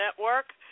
Network